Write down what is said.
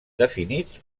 definits